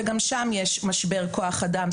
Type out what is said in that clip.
וגם שם יש משבר כוח אדם.